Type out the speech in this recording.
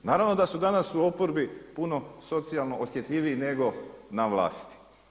Naravno da su danas u oporbi puno socijalno osjetljiviji, nego na vlasti.